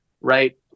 right